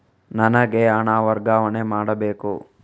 ನನಗೆ ಹಣ ವರ್ಗಾವಣೆ ಮಾಡಬೇಕು